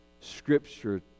scripture